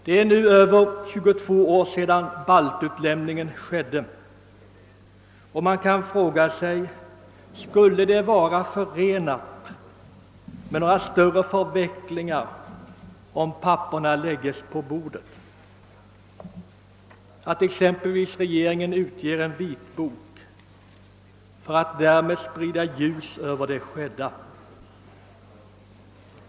Det är nu över 22 år sedan baltutlämningen ägde rum och man kan fråga sig: Skulle det vara förenat med några större förvecklingar, om papperen lades på bordet och om regeringen exempelvis gav ut en vitbok för att sprida ljus över det skedda?